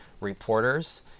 reporters